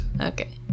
Okay